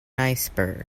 iceberg